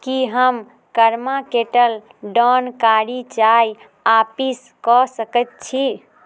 की हम कर्मा केटल डॉन कारी चाइ आपस कऽ सकै छी